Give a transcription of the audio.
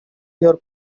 your